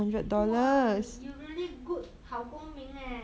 !wah! you really good 好公民 eh